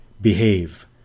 behave